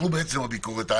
אנחנו הביקורת,